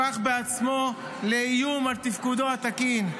הפך בעצמו לאיום על תפקודו התקין.